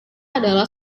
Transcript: adalah